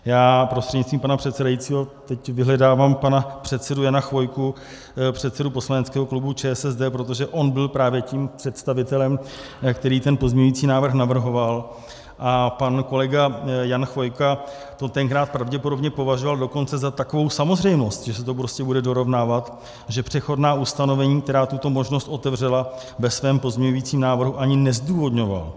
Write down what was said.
Já prostřednictvím pana předsedajícího teď vyhledávám pana předsedu Jana Chvojku, předsedu poslaneckého klubu ČSSD, protože on byl právě tím představitelem, který ten pozměňovací návrh navrhoval, a pan kolega Jan Chvojka to tenkrát pravděpodobně považoval dokonce za takovou samozřejmost, že se to prostě bude dorovnávat, že přechodná ustanovení, která tuto možnost otevřela, ve svém pozměňovacím návrhu ani nezdůvodňoval.